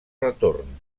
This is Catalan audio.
retorn